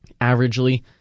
averagely